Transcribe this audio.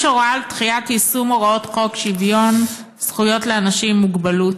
יש הוראה על דחיית יישום הוראות חוק שוויון זכויות לאנשים עם מוגבלות,